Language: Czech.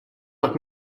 pak